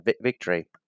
victory